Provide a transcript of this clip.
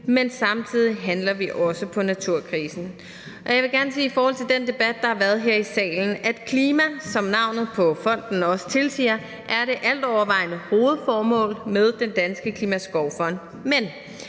men samtidig handler vi også på naturkrisen. Og jeg vil gerne i forhold til den debat, der har været her i salen, sige, at indsatsen for klimaet – som navnet på fonden også tilsiger – er det altovervejende hovedformål med Den Danske Klimaskovfond, men